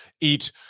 eat